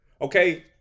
Okay